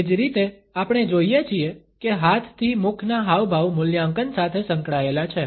એ જ રીતે આપણે જોઇએ છીએ કે હાથથી મુખના હાવભાવ મૂલ્યાંકન સાથે સંકળાયેલા છે